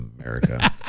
america